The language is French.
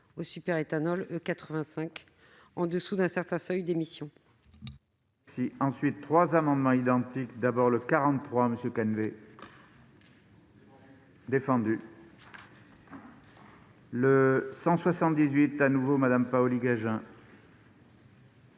au superéthanol E85, en dessous d'un certain seuil d'émissions.